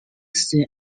soon